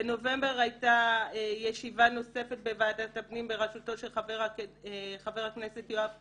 בנובמבר הייתה ישיבה נוספת בוועדת הפנים בראשותו של חבר הכנסת יואב קיש,